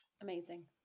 Amazing